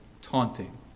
taunting